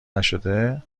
نشده